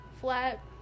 flat